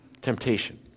temptation